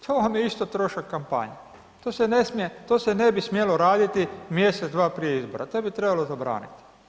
To vam je isto trošak kampanje, to se ne smije, to se ne bi smjelo raditi mjesec, dva prije izbora, to bi trebalo zabraniti.